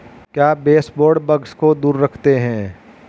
क्या baseboard bugs को दूर रखते हैं?